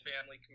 family